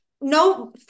no